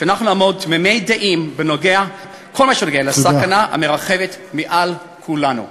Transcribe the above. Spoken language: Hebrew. נעמוד תמימי דעים בכל מה שנוגע לסכנה המרחפת מעל כולנו.